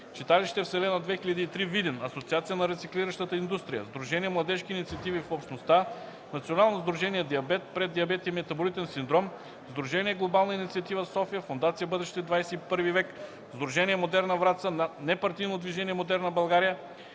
Читалище „Вселена – 2003” – Видин; Асоциация на рециклиращата индустрия; сдружение „Младежки инициативи в общността”; Национално сдружение „Диабет, преддиабет и метаболитен синдром”; сдружение „Глобална инициатива – София”; Фондация „Бъдеще 21 век”; Сдружение „Модерна Враца”; непартийно движение „Модерна България”.